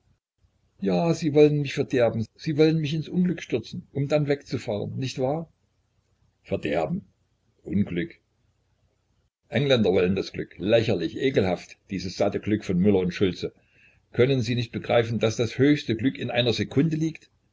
ja sie wollen mich verderben sie wollen mich ins unglück stürzen um dann wegzufahren nicht wahr verderben unglück engländer wollen das glück lächerlich ekelhaft dieses satte glück von müller und schulze können sie nicht begreifen daß das höchste glück in einer sekunde liegt